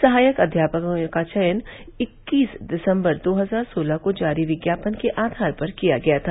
सहायक अध्यापकों का चयन इक्कीस दिसम्बर दो हजार सोलह को जारी विज्ञापन के आधार पर किया गया था